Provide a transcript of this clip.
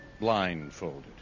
blindfolded